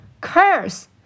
curse